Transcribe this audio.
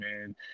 man